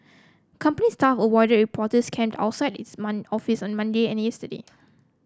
company staff avoided reporters camped outside its man office on Monday and yesterday